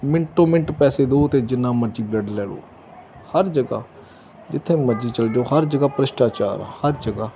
ਮਿੰਟੋ minute ਪੈਸੇ ਦਿਓ ਅਤੇ ਜਿੰਨਾ ਮਰਜ਼ੀ ਬਲੱਡ ਲੈ ਲਓ ਹਰ ਜਗ੍ਹਾ ਜਿੱਥੇ ਮਰਜ਼ੀ ਚਲ ਜਾਓ ਹਰ ਜਗ੍ਹਾ ਭ੍ਰਿਸ਼ਟਾਚਾਰ ਹਰ ਜਗਾ